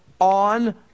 on